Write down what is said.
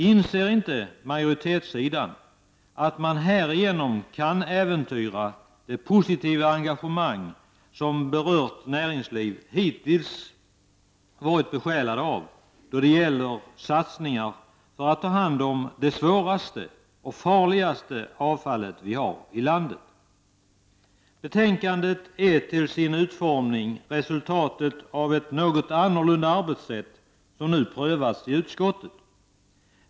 Inser inte majoritetssidan att man härigenom kan äventyra det positiva engagemang som berört näringsliv hittills varit besjälat av då det gäller satsningar för att ta hand om det svåraste och farligaste avfallet vi har i landet. Betänkandet är till sin utformning resultatet av ett något annorlunda arbetssätt som nu prövats i utskottet.